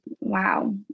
Wow